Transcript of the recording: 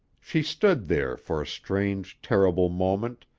she stood there for a strange, terrible moment,